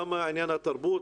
גם עניין התרבות,